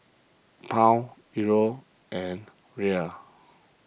Pound Euro and Riel